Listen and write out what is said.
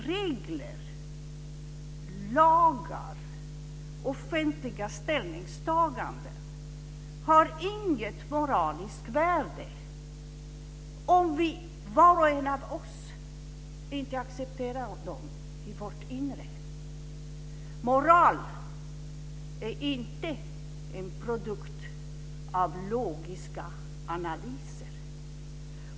Regler, lagar och offentliga ställningstaganden har inget moraliskt värde om vi, var och en av oss, inte accepterar dem i vårt inre. Moral är inte en produkt av logiska analyser.